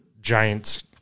giants